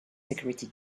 security